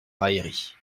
railleries